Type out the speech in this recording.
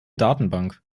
datenbank